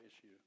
issue